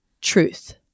truth